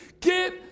Get